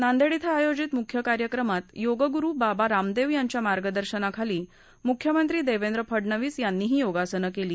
नांदेड इथं आयोजित मुख्य कार्यक्रमात योग गुरु बाबा रामदेव यांच्या मार्गदर्शनाखाली मुख्यमंत्री देवेंद्र फडनवीस यांनीही योगासनं केली